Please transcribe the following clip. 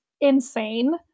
insane